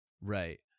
Right